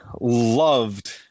loved